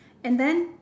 and then